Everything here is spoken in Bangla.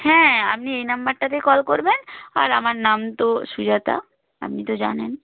হ্যাঁ আপনি এই নাম্বারটাতেই কল করবেন আর আমার নাম তো সুজাতা আপনি তো জানেন